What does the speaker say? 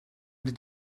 did